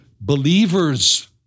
believers